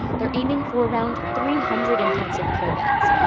they're aiming for around three hundred intensive care beds,